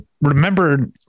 remember